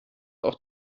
auch